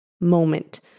moment